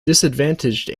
disadvantaged